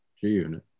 g-unit